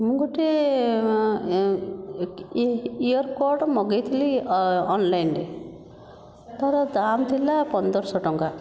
ମୁଁ ଗୋଟେ ear cord ମଗାଇଥିଲି ଅନଲାଇନ୍ରେ ତା'ର ଦାମ୍ ଥିଲା ପନ୍ଦର ଶହ ଟଙ୍କା